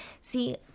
See